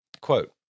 Quote